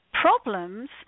problems